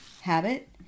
habit